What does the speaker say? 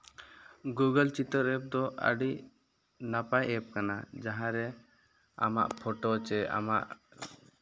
Google ᱪᱤᱛᱟᱹᱨ ᱫᱚ ᱟᱹᱰᱤ ᱱᱟᱯᱟᱭ ᱮᱯ ᱠᱟᱱᱟ ᱡᱟᱦᱟᱸ ᱨᱮ ᱟᱢᱟᱜ ᱯᱷᱳᱴᱳ ᱪᱮ ᱟᱢᱟᱜ